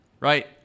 Right